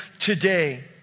today